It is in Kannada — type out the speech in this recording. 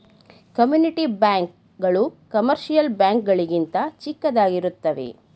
ಕಮ್ಯುನಿಟಿ ಬ್ಯಾಂಕ್ ಗಳು ಕಮರ್ಷಿಯಲ್ ಬ್ಯಾಂಕ್ ಗಳಿಗಿಂತ ಚಿಕ್ಕದಾಗಿರುತ್ತವೆ